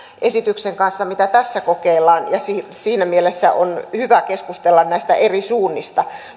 esityksen kanssa mitä tässä kokeillaan ja siinä mielessä on hyvä keskustella näistä eri suunnista